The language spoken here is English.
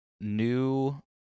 new